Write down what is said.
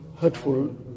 hurtful